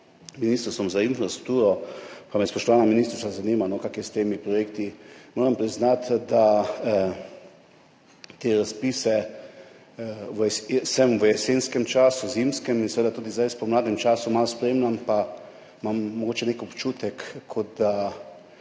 Ministrstvom za infrastrukturo. Pa me, spoštovana ministrica, zanima, kako je s temi projekti. Moram priznati, da sem [spremljal] te razpise v jesenskem času, v zimskem in [jih] tudi zdaj, v pomladnem času malo spremljam, pa imam mogoče nek občutek, kot da